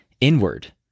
inward